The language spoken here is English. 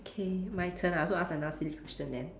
K my turn I'll also ask another silly question then